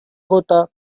gota